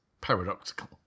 paradoxical